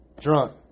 drunk